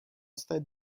stade